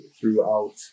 throughout